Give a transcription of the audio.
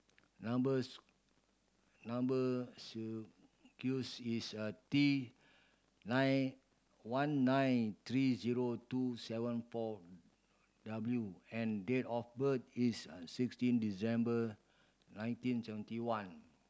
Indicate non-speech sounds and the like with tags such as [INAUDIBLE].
number [UNINTELLIGIBLE] number [UNINTELLIGIBLE] is a T nine one nine three zero two seven four W and date of birth is sixteen December nineteen seventy one